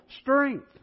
strength